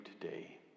today